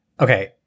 Okay